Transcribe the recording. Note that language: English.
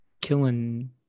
killing